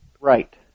Right